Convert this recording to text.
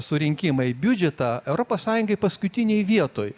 surinkimą į biudžetą europos sąjungoj paskutinėj vietoj